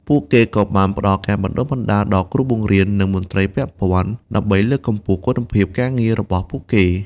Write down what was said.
ពួកគេក៏បានផ្តល់ការបណ្តុះបណ្តាលដល់គ្រូបង្រៀន និងមន្ត្រីពាក់ព័ន្ធ ដើម្បីលើកកម្ពស់គុណភាពការងាររបស់ពួកគេ។